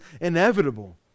inevitable